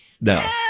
Now